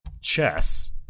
chess